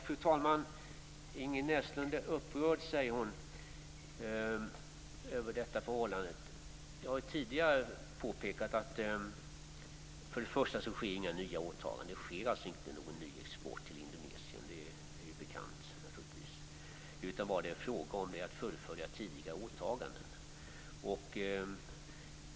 Fru talman! Ingrid Näslund säger att hon är upprörd över detta förhållande. Jag har tidigare påpekat att det inte sker några nya åtaganden. Det förekommer alltså ingen ny export till Indonesien, vilket naturligtvis är bekant. Det är i stället fråga om att fullfölja tidigare åtaganden.